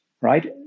right